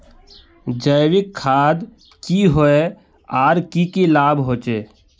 जैविक खाद की होय आर की की लाभ होचे?